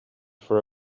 for